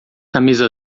camisa